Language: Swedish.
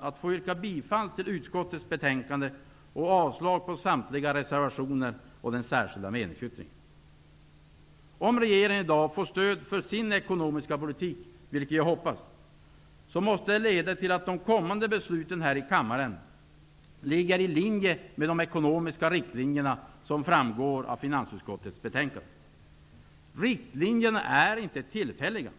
att få yrka bifall till utskottets hemställan i betänkandet och avslag på samtliga reservationer och den särskilda meningsyttringen. Om regeringen i dag får stöd för sin ekonomiska politik, vilket jag hoppas, måste det leda till att kommande beslut här i kammaren ligger i linje med de ekonomiska riktlinjerna som framgår av finansutskottets betänkande. Riktlinjerna är inte tillfälliga.